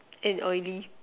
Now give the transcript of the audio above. end already